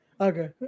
Okay